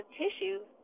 tissues